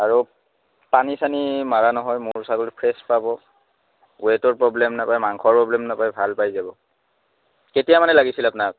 আৰু পানী চানী মাৰা নহয় মোৰ ছাগলী ফ্ৰেছ পাব ৱেটৰ প্ৰব্লেম নাপায় মাংসৰ প্ৰব্লেম নাপায় ভাল পাই যাব কেতিয়া মানে লাগিছিল আপোনাক